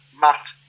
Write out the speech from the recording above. Matt